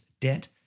debt